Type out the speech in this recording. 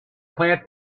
plant